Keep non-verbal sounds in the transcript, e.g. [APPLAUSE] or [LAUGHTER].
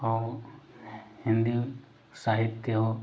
[UNINTELLIGIBLE] हिंदी साहित्य